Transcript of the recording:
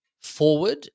forward